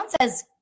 says